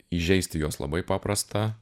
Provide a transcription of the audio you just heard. įžeisti juos labai paprasta